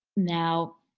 now,